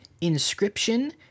Inscription